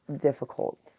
difficult